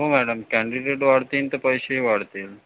हो madam candidate वाढतीन तंर पैसे वाढतील